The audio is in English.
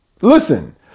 Listen